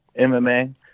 MMA